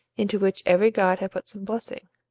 into which every god had put some blessing.